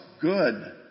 good